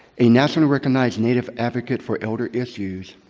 a national recognized native advocate for elder issues.